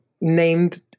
named